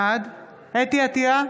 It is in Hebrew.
בעד חוה אתי עטייה,